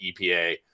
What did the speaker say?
EPA